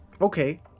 okay